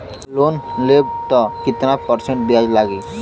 हम लोन लेब त कितना परसेंट ब्याज लागी?